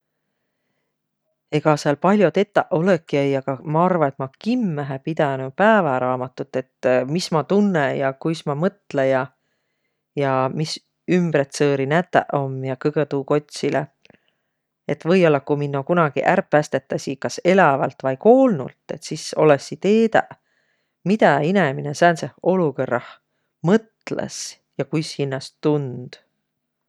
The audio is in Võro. Egaq sääl pall'o tetäq olõki-i, aga ma arva, et ma kimmähe pidänüq pääväraamatut, et mis ma tunnõ ja kuis ma mõtlõ ja, ja mis ümbretsõõri nätäq om ja – kõgõ tuu kotsilõ. Et või-ollaq, ku minno kunagi ärq pästetäsiq kas elävält vai koolnult, et sis olõssiq teedäq, midä inemine sääntseh olokõrrah mõtlõs ja kuis hinnäst tund